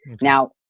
now